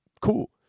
Cool